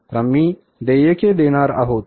तर आम्ही देयके देणार आहोत